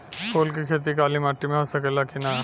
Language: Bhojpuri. फूल के खेती काली माटी में हो सकेला की ना?